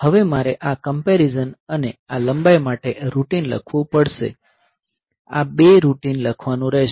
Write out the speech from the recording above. હવે મારે આ કમ્પેરીઝન અને આ લંબાઈ માટે રૂટીન લખવું પડશે આ 2 રૂટીન લખવાનું રહેશે